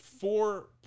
four